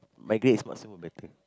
migrate is much more better